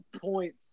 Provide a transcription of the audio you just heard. point